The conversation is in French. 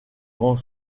grand